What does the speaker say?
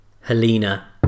Helena